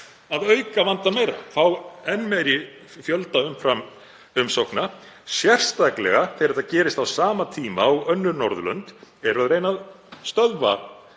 að auka vandann meira, fá enn meiri fjölda umframumsókna, sérstaklega þegar þetta gerist á sama tíma og önnur Norðurlönd eru að reyna að stöðva